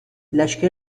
لشکر